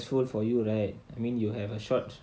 even even more stressful for you right I mean you have a short